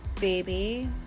baby